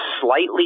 slightly